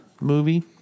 movie